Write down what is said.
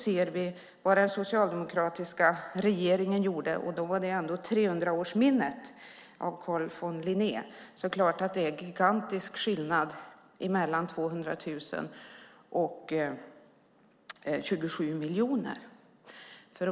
Ser vi vad den socialdemokratiska regeringen gjorde, och då var det ändå 300-årsminnet av Carl von Linné, är det klart att det är gigantisk skillnad mellan 200 000 kronor och 27 miljoner.